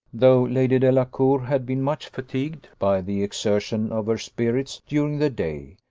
though lady delacour had been much fatigued by the exertion of her spirits during the day,